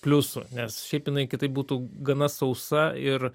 pliusų nes šiaip jinai kitaip būtų gana sausa ir